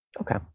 Okay